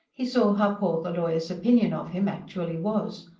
he saw how poor the lawyer's opinion of him actually was.